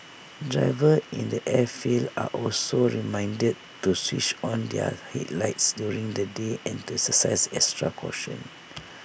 drivers in the airfields are also reminded to switch on their headlights during the day and to exercise extra caution